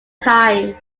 time